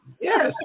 Yes